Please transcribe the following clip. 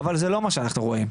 אבל זה לא מה שאנחנו רואים.